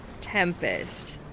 Tempest